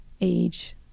age